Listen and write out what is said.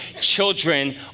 children